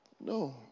No